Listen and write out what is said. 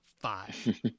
five